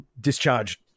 discharged